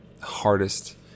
hardest